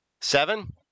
Seven